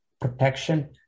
protection